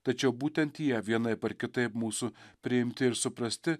tačiau būtent jie vienaip ar kitaip mūsų priimti ir suprasti